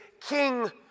king